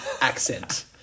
accent